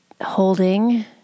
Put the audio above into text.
holding